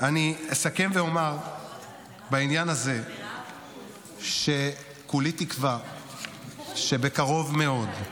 אסכם ואומר בעניין הזה שכולי תקווה שבקרוב מאוד,